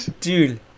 dude